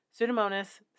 Pseudomonas